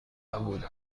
نبودم